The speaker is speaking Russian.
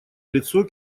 лицо